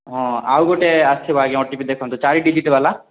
ହଁ ଆଉ ଗୋଟେ ଅସିଥିବ ଆଜ୍ଞା ଓ ଟି ପି ଦେଖନ୍ତୁ ଚାରି ଡିଜିଟ୍ ବାଲା